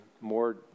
more